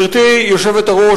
גברתי היושבת-ראש,